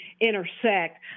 intersect